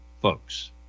folks